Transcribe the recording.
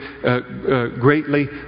greatly